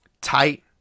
tight